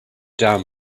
down